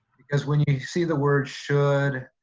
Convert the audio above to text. because when you see the word should,